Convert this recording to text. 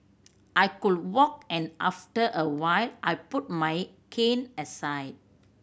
I could walk and after a while I put my cane aside